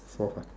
fourth one